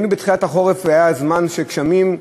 בתחילת החורף היה זמן של גשמים,